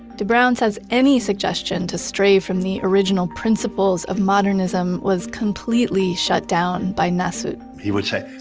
de bruijn says any suggestion to stray from the original principles of modernism was completely shut down by nassuth he would say,